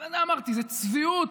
אמרתי, זו צביעות,